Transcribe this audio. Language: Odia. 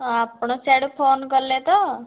ଆପଣ ସେଆଡ଼ୁ ଫୋନ୍ କଲେ ତ